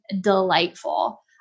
delightful